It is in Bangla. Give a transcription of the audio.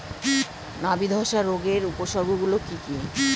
নাবি ধসা রোগের উপসর্গগুলি কি কি?